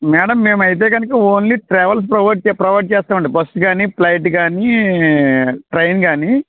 madam మేము అయితే కనుక ఓన్లీ ట్రావెల్స్ ప్రొవైడ్ చే ప్రొవైడ్ చేస్తాము అండి బస్సు కానీ ఫ్లైట్ కానీ ట్రైన్ కానీ